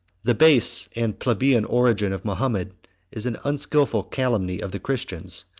the base and plebeian origin of mahomet is an unskilful calumny of the christians,